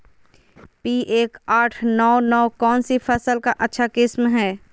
P एक आठ नौ नौ कौन सी फसल का अच्छा किस्म हैं?